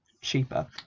cheaper